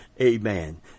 Amen